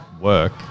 work